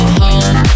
home